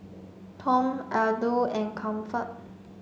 Tom Aldo and Comfort